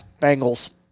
Bengals